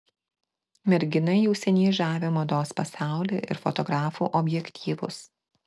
mergina jau seniai žavi mados pasaulį ir fotografų objektyvus